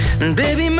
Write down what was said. Baby